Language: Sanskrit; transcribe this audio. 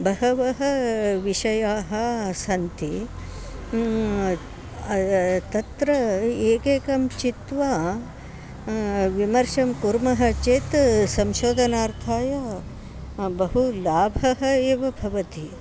बहवः विषयाः सन्ति तत्र एकेकं चित्वा विमर्शं कुर्मः चेत् संशोधनार्थं बहु लाभः एव भवति